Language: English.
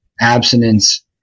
abstinence